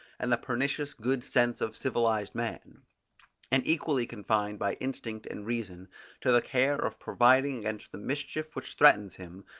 and the pernicious good sense of civilized man and equally confined by instinct and reason to the care of providing against the mischief which threatens him,